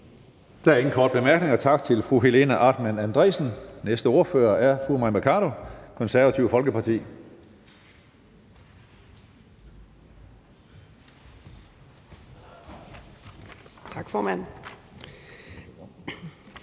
Der er ingen korte bemærkninger. Tak til fru Helena Artmann Andresen. Næste ordfører er fru Mai Mercado, Det Konservative Folkeparti. Kl.